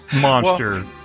monster